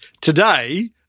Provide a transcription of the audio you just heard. today